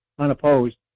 unopposed